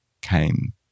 came